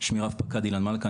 אני רב פקד אילן מלכה,